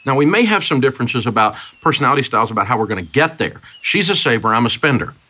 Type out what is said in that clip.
yeah we may have some differences about, personality styles about how we're gonna get there. she's a saver. i'm a spender.